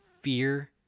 fear